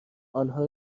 آنها